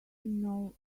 know